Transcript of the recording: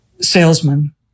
salesman